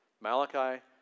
Malachi